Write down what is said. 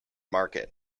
market